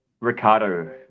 Ricardo